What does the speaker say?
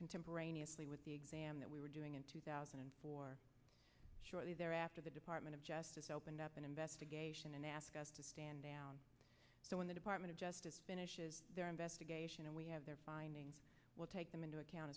contemporaneously with the exam that we were doing in two thousand and four shortly thereafter the department of justice opened up an investigation and they ask us to stand down so when the department of justice their investigation and we have their findings we'll take them into account